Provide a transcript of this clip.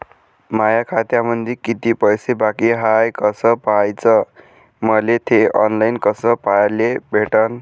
माया खात्यामंधी किती पैसा बाकी हाय कस पाह्याच, मले थे ऑनलाईन कस पाह्याले भेटन?